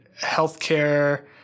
healthcare